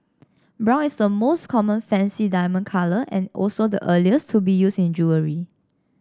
brown is the most common fancy diamond colour and also the earliest to be used in jewellery